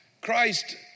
Christ